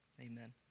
Amen